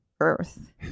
earth